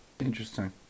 Interesting